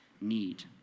need